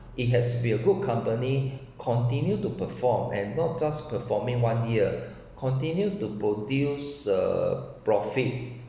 it has to be a good company continue to perform and not just performing one year continue to produce uh profit